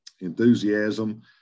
enthusiasm